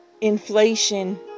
inflation